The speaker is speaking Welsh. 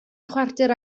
chwarter